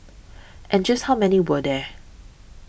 and just how many were there